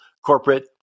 corporate